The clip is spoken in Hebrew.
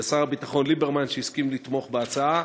ולשר הביטחון ליברמן, שהסכים לתמוך בהצעה.